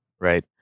right